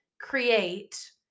create